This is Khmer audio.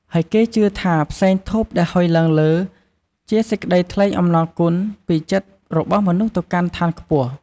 ហើយគេជឿថាផ្សែងធូបដែលហ៊ុយឡើងលើ ជាសេចក្ដីថ្លែងអំណរគុណ ពីចិត្តរបស់មនុស្សទៅកាន់ឋានខ្ពស់។